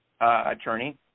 attorney